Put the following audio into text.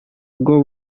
bwo